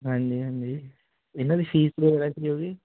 ਹਾਂਜੀ ਹਾਂਜੀ ਇਹਨਾਂ ਦੀ ਫ਼ੀਸ ਵਗੈਰਾ ਕੀ ਹੋਊ ਜੀ